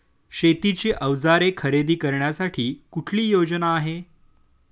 शेतीची अवजारे खरेदी करण्यासाठी कुठली योजना आहे?